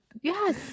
Yes